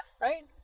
right